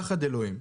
פחד אלוהים.